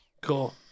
cool